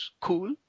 cool